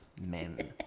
men